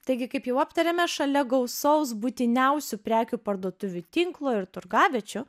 taigi kaip jau aptarėme šalia gausaus būtiniausių prekių parduotuvių tinklo ir turgaviečių